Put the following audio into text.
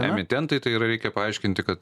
emitentai tai yra reikia paaiškinti kad